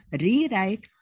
rewrite